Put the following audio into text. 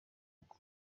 uko